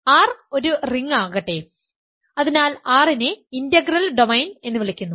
അതിനാൽ R ഒരു ring ആകട്ടെ അതിനാൽ R നെ "ഇന്റഗ്രൽ ഡൊമെയ്ൻ" എന്ന് വിളിക്കുന്നു